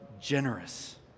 generous